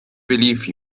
believe